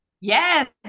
Yes